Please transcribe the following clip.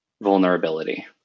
vulnerability